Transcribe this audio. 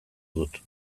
dut